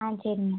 ஆ சரிங்க